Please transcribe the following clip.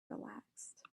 relaxed